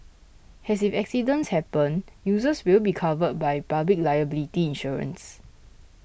and if accidents happen users will be covered by public liability insurance